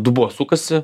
dubuo sukasi